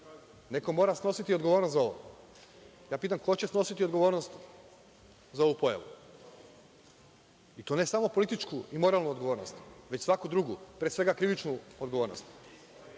Neko mora snositi odgovornost za ovo. Ja pitam ko će snositi odgovornost za ovu pojavu, i to ne samo političku i moralnu odgovornost, već svaku drugu, pre svega krivičnu odgovornost.